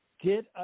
get